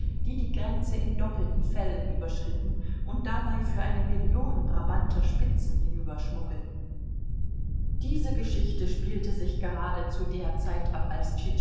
die die grenze in doppelten fellen überschritten und dabei für eine million brabanter spitzen hinüberschmuggelten diese geschichte spielte sich gerade zu der zeit ab als